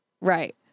Right